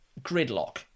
gridlock